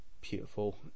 beautiful